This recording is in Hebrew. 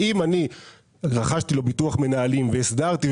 ואם אני רכשתי לו ביטוח מנהלים והסדרתי,